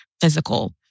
physical